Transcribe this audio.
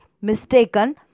mistaken